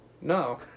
no